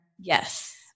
Yes